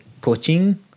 coaching